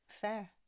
Fair